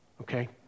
Okay